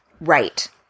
Right